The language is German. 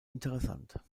interessant